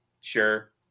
Sure